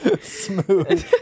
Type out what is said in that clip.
smooth